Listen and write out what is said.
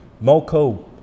moco